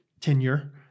tenure